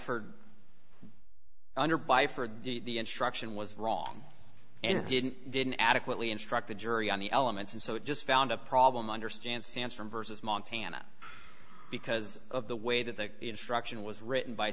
for under by for the struction was wrong and didn't didn't adequately instruct the jury on the elements and so it just found a problem understand sansom versus montana because of the way that the instruction was written by